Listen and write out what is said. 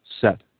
set